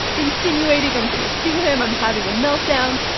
and insinuating i'm going to sue him. i'm having a meltdown.